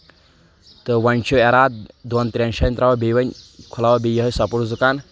تہٕ وۄنۍ چھُ اؠرادٕ دۄن ترٛؠن جاین تراوو بیٚیہِ وۄنۍ کھُلاو بیٚیہِ یِہوے سپوٹس دُکان